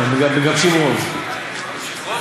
הממשלה